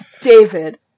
David